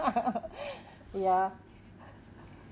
ya